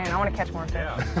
and i want to catch more yeah